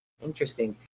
Interesting